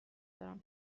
دارم